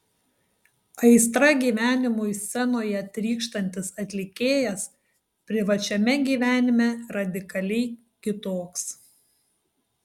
aistra gyvenimui scenoje trykštantis atlikėjas privačiame gyvenime radikaliai kitoks